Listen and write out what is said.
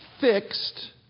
fixed